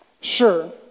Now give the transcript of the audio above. Sure